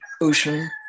ocean